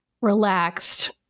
relaxed